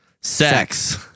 Sex